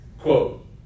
Quote